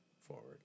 forward